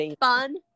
fun